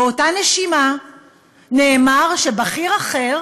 באותה נשימה נאמר שבכיר אחר